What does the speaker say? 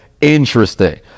interesting